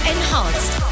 Enhanced